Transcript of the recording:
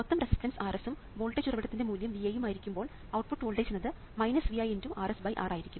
മൊത്തം resistance Rs ഉം voltage ഉറവിടത്തിൻറെ മൂല്യം Vi യും ആയിരിക്കുമ്പോൾ ഔട്ട്പുട്ട് വോൾട്ടേജ് എന്നത് Vi x Rs R ആയിരിക്കും